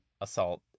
assault